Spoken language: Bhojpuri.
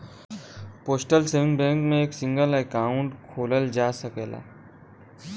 पोस्टल सेविंग बैंक में एक सिंगल अकाउंट खोलल जा सकला